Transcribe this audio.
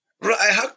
right